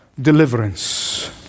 deliverance